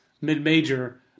mid-major